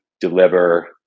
deliver